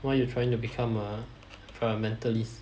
what are you trying to become ah environmentalist